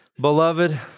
Beloved